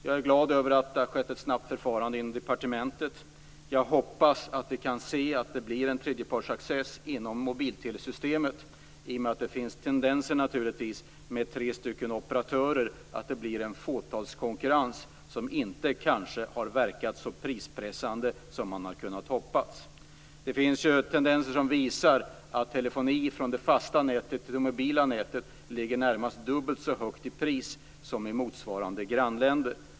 Jag är glad över att det har skett ett snabbt förfarande inom departementet. Jag hoppas att vi kan se att det blir en tredjepartsaccess inom mobiltelesystemet. I och med att det finns tre operatörer finns det tendenser att det blir en fåtalskonkurrens. Det har kanske inte har verkat så prispressande som man har kunnat hoppats. Att det finns sådana tendenser visar sig i att telefoni från det fasta nätet till det moblia nätet ligger närmast dubbelt så högt i pris som i motsvarande grannländer.